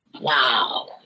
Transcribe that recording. Wow